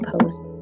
pose